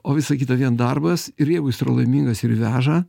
o visa kita vien darbas ir jeigu jis yra laimingas ir jį veža